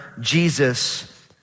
Jesus